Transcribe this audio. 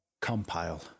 Compile